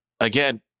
again